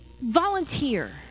volunteer